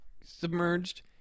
submerged